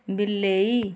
ବିଲେଇ